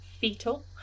fetal